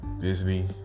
Disney